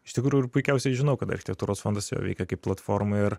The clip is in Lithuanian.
iš tikrų ir puikiausiai žinau kad architektūros fondas jo veikia kaip platforma ir